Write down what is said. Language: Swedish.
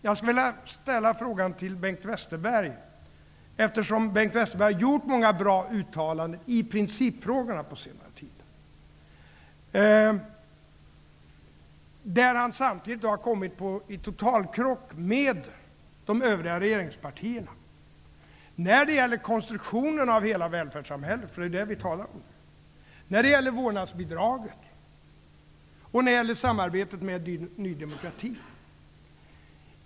Jag skulle vilja ställa en fråga till Bengt Westerberg, eftersom Bengt Westerberg har gjort många bra uttalanden i principfrågorna på senare tid. Samtidigt har han kommit i totalkrock med de övriga regeringspartierna när det gäller konstruktionen av hela välfärdssamhället, för det är det vi talar om nu, när det gäller vårdnadsbidraget och när det gäller samarbetet med Ny demokrati.